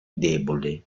debole